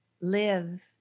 live